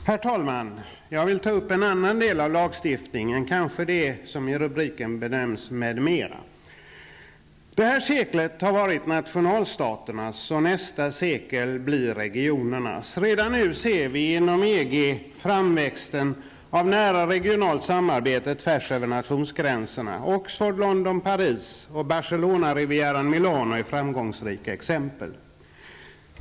Herr talman! Jag vill ta upp en annan del av lagstiftningen. Den kanske ingår i det som i rubriken benämns ''m.m.''. Detta sekel har varit nationalstaternas. Nästa sekel blir regionernas. Redan nu ser vi inom EG framväxten av nära regionalt samarbete tvärs över nationsgränserna. Rivieran--Milano är framgångsrika exempel.